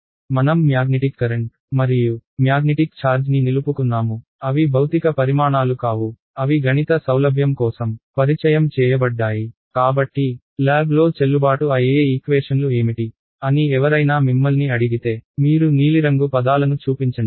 మనం magnetic current మరియు magnetic ఛార్జ్ని నిలుపుకున్నాము అవి భౌతిక పరిమాణాలు కావు అవి గణిత సౌలభ్యం కోసం పరిచయం చేయబడ్డాయి కాబట్టి ల్యాబ్లో చెల్లుబాటు అయ్యే ఈక్వేషన్లు ఏమిటి అని ఎవరైనా మిమ్మల్ని అడిగితే మీరు నీలిరంగు పదాలను చూపించండి